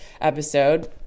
episode